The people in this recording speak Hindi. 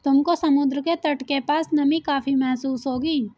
तुमको समुद्र के तट के पास नमी काफी महसूस होगी